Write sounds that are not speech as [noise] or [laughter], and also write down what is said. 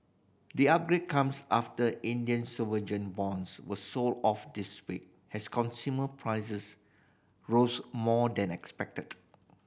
the upgrade comes after Indian [unintelligible] bonds were sold off this week as consumer prices rose more than expected